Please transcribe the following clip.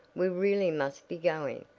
we really must be going.